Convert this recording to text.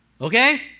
okay